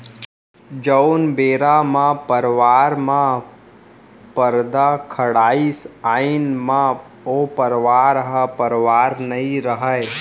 जउन बेरा म परवार म परदा खड़ाइस अइसन म ओ परवार ह परवार नइ रहय